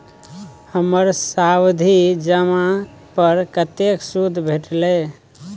हमर सावधि जमा पर कतेक सूद भेटलै?